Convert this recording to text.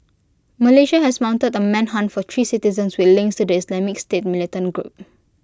Malaysia has mounted A manhunt for three citizens with links to the Islamic state militant group